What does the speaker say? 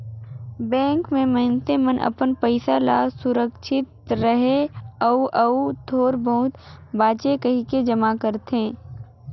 bank में मइनसे मन अपन पइसा ल सुरक्छित रहें अउ अउ थोर बहुत बांचे कहिके जमा करथे